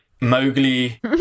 Mowgli